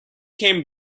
came